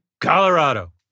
Colorado